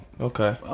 Okay